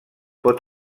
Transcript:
pot